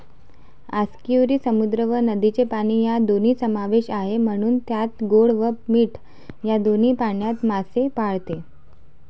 आस्कियुरी समुद्र व नदीचे पाणी या दोन्ही समावेश आहे, म्हणून त्यात गोड व मीठ या दोन्ही पाण्यात मासे पाळते